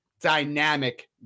dynamic